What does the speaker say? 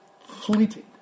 fleeting